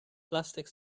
plastic